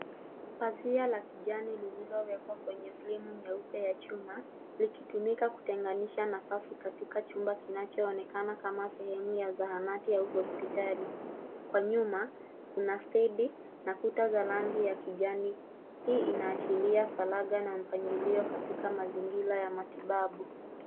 Pazia la kijani liliowekwa fremu nyeupe ya chuma, likitumika kutenganisha nafasi katika chumba kinachoonekana kama sehemu ya zahanati au hospitali. Kwa nyuma, kuna stendi na kuta za rangi ya kijani. Hii inaashiria faragha na mpangilio katika mazingira ya matibabu.